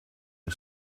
you